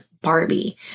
Barbie